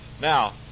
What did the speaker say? Now